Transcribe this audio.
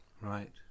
Right